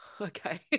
Okay